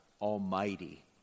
Almighty